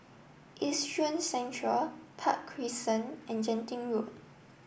Yishun Central Park Crescent and Genting Road